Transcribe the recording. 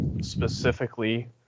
specifically